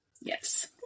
Yes